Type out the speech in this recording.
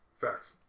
Facts